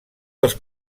dels